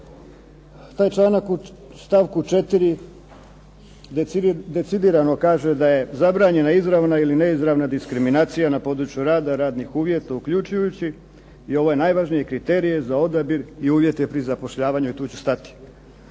Taj članak u stavku 4. decidirano kaže da je zabranjena izravna ili neizravna diskriminacija na području rada, radnih uvjeta, uključujući i ove najvažnije kriterije za odabir i uvjete pri zapošljavanju, i tu ću stati.